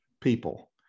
people